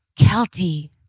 Kelty